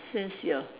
since you're